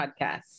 podcast